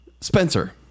Spencer